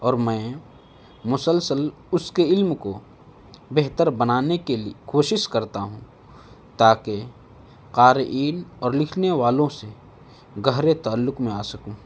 اور میں مسلسل اس کے علم کو بہتر بنانے کے کوشش کرتا ہوں تاکہ قارئین اور لکھنے والوں سے گہرے تعلق میں آ سکوں